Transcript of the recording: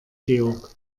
georg